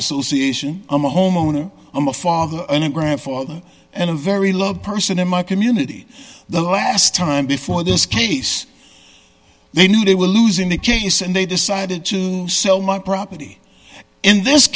association i'm a homeowner i'm a father and a grandfather and a very loved person in my community the last time before this case they knew they were losing the case and they decided to sell my property in this